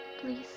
Please